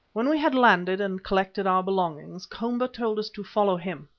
when we had landed and collected our belongings, komba told us to follow him,